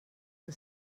que